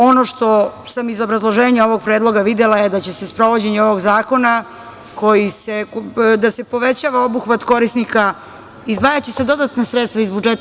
Ono što sam iz obrazloženja ovog predloga videla je da će se sprovođenjem ovog zakona povećava obuhvat korisnika, izdvajaće se dodatna sredstva iz budžeta.